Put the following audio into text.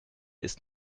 ist